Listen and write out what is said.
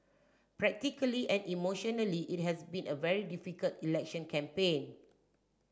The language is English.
practically and emotionally it has been a very difficult election campaign